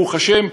ברוך השם,